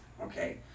Okay